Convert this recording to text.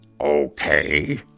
Okay